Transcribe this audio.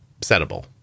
settable